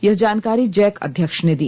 यह जानकारी जैक अध्यक्ष ने दी